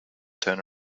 turn